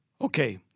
Okay